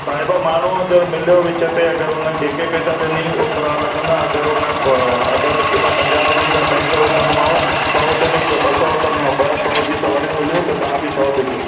साहिब माण्हू अगरि मिलियो विच ते अगरि उन जेके पैसा ॾिनई ओतिरा लॻंदा अगरि उन आ अधु रस्ते तां पंजाहु ॾिनई त अढाई सौ वठंदोमांव त सौ ॾिनई त ॿ सौ वठंदोमांव ॿ सौ जी सवारियूं मिलियूं त तव्हां बि सौ ॾिजो